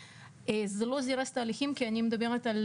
זה לא זירז תהליכים כי אני מדברת על